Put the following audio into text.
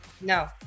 no